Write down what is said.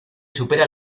supera